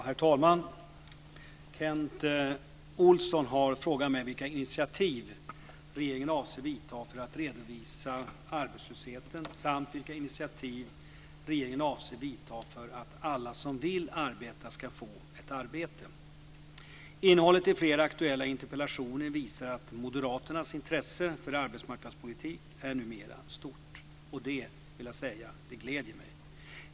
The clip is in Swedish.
Herr talman! Kent Olsson har frågat mig vilka initiativ regeringen avser vidta för att redovisa arbetslösheten samt vilka initiativ regeringen avser vidta för att alla som vill arbeta ska få ett arbete. Innehållet i flera aktuella interpellationer visar att moderaternas intresse för arbetsmarknadspolitik numera är stort. Jag vill säga att det gläder mig.